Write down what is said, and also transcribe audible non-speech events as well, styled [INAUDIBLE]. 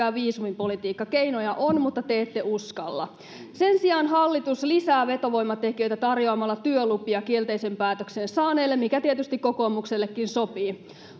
[UNINTELLIGIBLE] ja viisumipolitiikka keinoja on mutta te ette uskalla sen sijaan hallitus lisää vetovoimatekijöitä tarjoamalla työlupia kielteisen päätöksen saaneille mikä tietysti kokoomuksellekin sopii